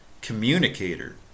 communicator